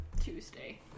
Tuesday